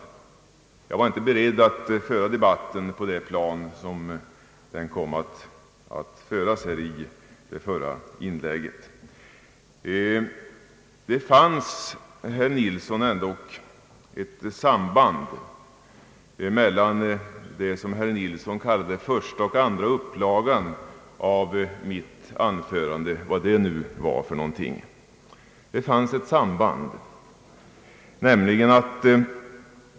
Jag var inte beredd att föra debatten på det plan som den fördes på i det föregående inlägget. Det fanns, herr Nilsson, ändock ett samband mellan det som herr Nilsson kallade första och andra upplagan av mitt anförande — vad det nu var för någonting.